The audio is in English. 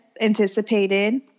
anticipated